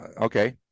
okay